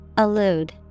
Allude